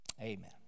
Amen